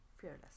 Fearless